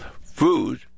food